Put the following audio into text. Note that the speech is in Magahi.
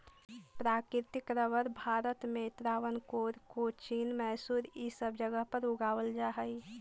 प्राकृतिक रबर भारत में त्रावणकोर, कोचीन, मैसूर इ सब जगह पर उगावल जा हई